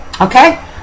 Okay